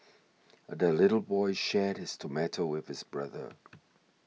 the little boy shared his tomato with his brother